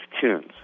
tunes